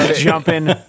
Jumping